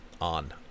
on